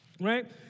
right